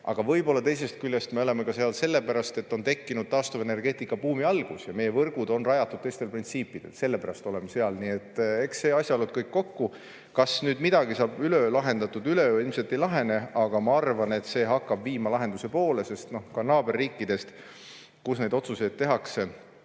Aga võib-olla teisest küljest me oleme seal ka sellepärast, et on tekkinud taastuvenergeetikabuum ja meie võrgud on rajatud teistele printsiipidele. Sellepärast oleme seal. Nii et eks need asjaolud kõik kokku. Kas midagi saab üleöö lahendatud? Üleöö ilmselt ei lahene, aga ma arvan, et see hakkab viima lahenduse poole. Ka naaberriikides, kus neid otsuseid tehakse,